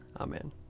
Amen